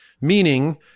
Meaning